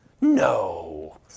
No